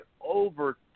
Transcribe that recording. Over